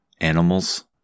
animals